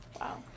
Wow